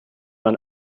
man